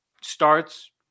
starts